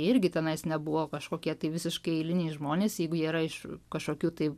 irgi tenais nebuvo kažkokie tai visiškai eiliniai žmonės jeigu jie yra iš kažkokių tai